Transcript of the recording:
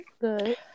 Good